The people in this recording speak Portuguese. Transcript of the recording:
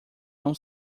não